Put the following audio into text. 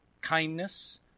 Kindness